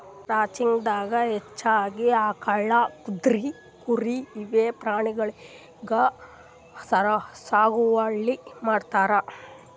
ranching ದಾಗಾ ಹೆಚ್ಚಾಗಿ ಆಕಳ್, ಕುದ್ರಿ, ಕುರಿ ಇವೆ ಪ್ರಾಣಿಗೊಳಿಗ್ ಸಾಗುವಳಿ ಮಾಡ್ತಾರ್